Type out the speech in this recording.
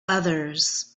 others